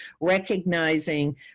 recognizing